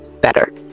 better